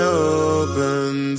open